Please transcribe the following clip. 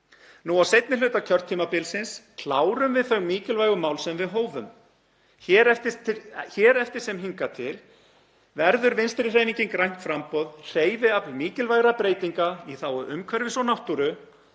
nú á seinni hluta kjörtímabilsins að við klárum þau mikilvægu mál sem við hófum. Hér eftir sem hingað til verður Vinstrihreyfingin – grænt framboð hreyfiafl mikilvægra breytinga í þágu umhverfis og náttúru,